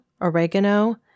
oregano